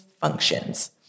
functions